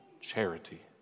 charity